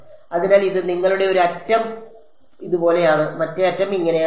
അതിനാൽ ഇത് നിങ്ങളുടെ ഒരു അറ്റം ഇതുപോലെയാണ് മറ്റേ അറ്റം ഇങ്ങനെയാണ് വരുന്നത്